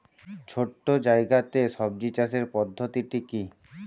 ছোট্ট জায়গাতে সবজি চাষের পদ্ধতিটি কী?